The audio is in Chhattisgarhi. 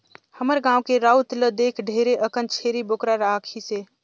हमर गाँव के राउत ल देख ढेरे अकन छेरी बोकरा राखिसे